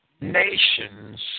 nations